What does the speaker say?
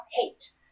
hate